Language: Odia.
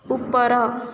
ଉପର